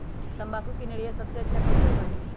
तम्बाकू के निरैया सबसे अच्छा कई से होई?